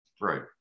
right